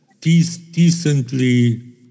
decently